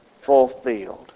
fulfilled